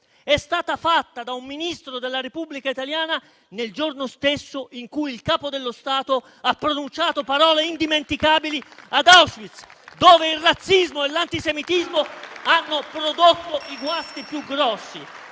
è stata fatta da un Ministro della Repubblica italiana nel giorno stesso in cui il Capo dello Stato ha pronunciato parole indimenticabili ad Auschwitz, dove il razzismo e l'antisemitismo hanno prodotto i guasti più grossi.